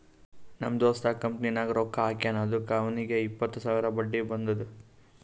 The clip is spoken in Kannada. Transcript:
ನಮ್ ದೋಸ್ತ ಕಂಪನಿನಾಗ್ ರೊಕ್ಕಾ ಹಾಕ್ಯಾನ್ ಅದುಕ್ಕ ಅವ್ನಿಗ್ ಎಪ್ಪತ್ತು ಸಾವಿರ ಬಡ್ಡಿ ಬಂದುದ್